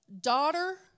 Daughter